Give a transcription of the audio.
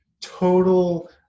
total